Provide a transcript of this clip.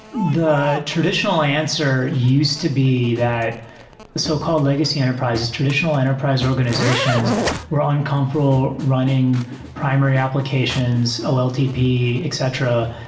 the traditional answer used to be that so-called legacy enterprises, traditional enterprise organizations were uncomfortable running primary applications, oltp, etc,